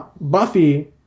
Buffy